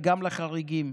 וגם לחריגים,